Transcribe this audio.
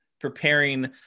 preparing